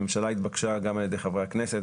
הממשלה התבקשה גם על ידי חברי הכנסת,